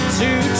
two